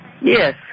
Yes